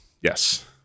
Yes